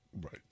Right